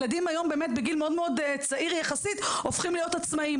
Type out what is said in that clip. היום ילדים בגיל צעיר יחסית הופכים להיות עצמאיים.